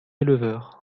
éleveur